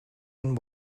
and